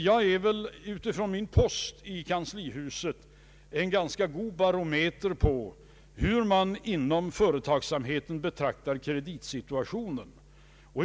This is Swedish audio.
Jag är utifrån min post i kanslihuset en ganska god barometer på hur man inom företagsamheten betraktar kreditsituationen.